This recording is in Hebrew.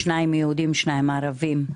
שניים מהם יהודים ושניים ערבים.